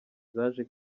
zaje